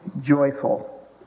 joyful